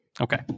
Okay